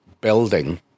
building